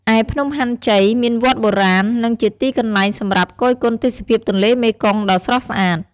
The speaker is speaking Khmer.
ឯភ្នំហាន់ជ័យ មានវត្តបុរាណ និងជាទីកន្លែងសម្រាប់គយគន់ទេសភាពទន្លេមេគង្គដ៏ស្រស់ស្អាត។